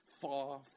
far